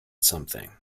something